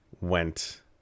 went